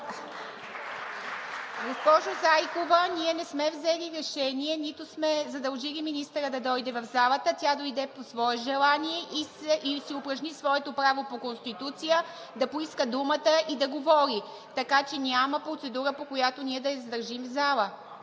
Госпожо Зайкова, ние не сме взели решение, нито сме задължили министъра да дойде в залата. Тя дойде по свое желание и упражни своето право по Конституция да поиска думата и да говори. Така че няма процедура, по която ние да я задържим в залата.